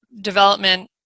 development